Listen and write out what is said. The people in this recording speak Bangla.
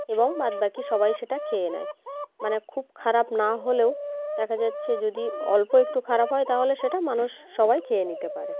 এবং বাদবাকি সবাই সেটা খেয়ে নেয় মানে খুব খারাপ না হলেও দেখা যাচ্ছে যদি অল্প একটু খারাপ হয় তাহলে সেটা মানুষ সবাই খেয়ে নিতে পারে